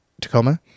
Tacoma